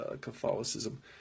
Catholicism